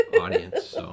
audience